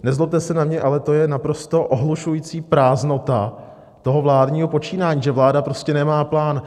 Nezlobte se na mě, ale to je naprosto ohlušující prázdnota toho vládního počínání, že vláda prostě nemá plán.